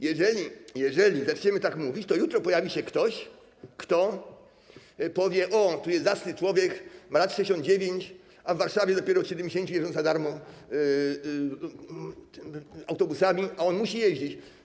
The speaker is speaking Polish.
Jeżeli zaczniemy tak mówić, to jutro pojawi się ktoś, kto powie: o, tu jest zacny człowiek, ma lat 69, a w Warszawie dopiero od 70 lat można jeździć za darmo autobusami, a on musi jeździć.